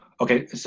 Okay